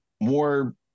more